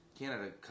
Canada